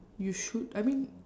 you should I mean